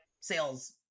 sales